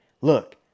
Look